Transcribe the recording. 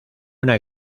una